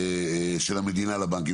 של ערבות של המדינה לבנקים.